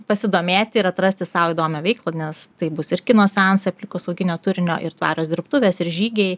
pasidomėti ir atrasti sau įdomią veiklą nes taip bus ir kino seansai aplinkosauginio turinio ir tvarios dirbtuvės ir žygiai